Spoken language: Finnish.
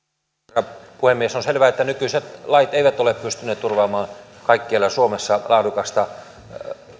herra puhemies on selvää että nykyiset lait eivät ole pystyneet turvaamaan kaikkialla suomessa laadukasta